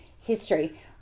history